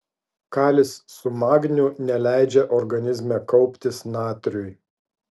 kalis su magniu neleidžia organizme kauptis natriui